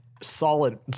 solid